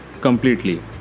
completely